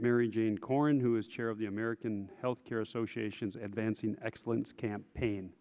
mary jane corrine who is chair of the american healthcare association's advancing excellence campaign